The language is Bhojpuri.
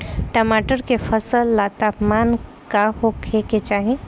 टमाटर के फसल ला तापमान का होखे के चाही?